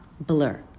blur